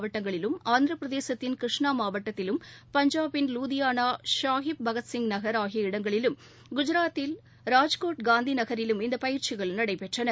அஸ்ஸாமின் சோனிப்பூர் நல்பாரி மாவட்டங்களிலும் ஆந்திர பிரதேசத்தின் கிருஷ்ணா மாவட்டத்திலும் பஞ்சாபின் லுதியானா ஷாஹிப் பகத்சிங் நகர் ஆகிய இடங்களிலும் குஜராத்தில் ராஜ்கோட் காந்திநகரிலும் இந்த பயிற்சிகள் நடைபெற்றன